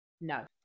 no